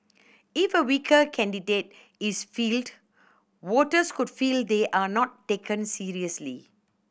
if a weaker candidate is fielded voters could feel they are not taken seriously